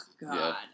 god